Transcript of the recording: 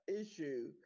issue